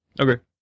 Okay